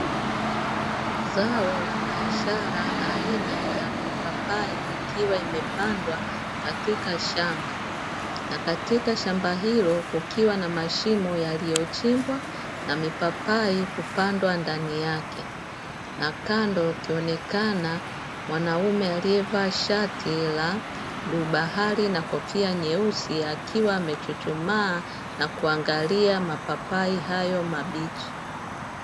Zao la biashara aina ya mipapai ikiwa imepandwa katika shamba, na katika shamba hilo kukiwa na mashimo yaliyochimbwa na mipapai kupandwa ndani yake. Na kando akionekana mwanaume aliyevaa shati la bluu bahari na kofia nyeusi akiwa amechuchuma na kuangalia mapapai hayo mabichi.